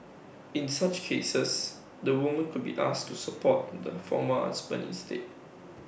in such cases the woman could be asked to support the former husband instead